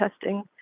testing